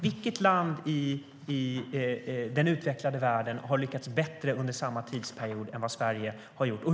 Vilket land i den utvecklade världen har lyckats bättre än Sverige under samma tidsperiod?